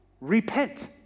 Repent